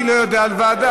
אני לא יודע על ועדה.